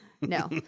No